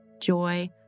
Joy